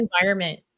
environment